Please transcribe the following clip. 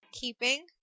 Keeping